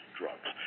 drugs